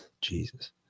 Jesus